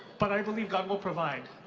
but i believe god will provide.